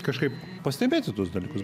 kažkaip pastebėti tuos dalykus